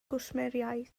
gwsmeriaid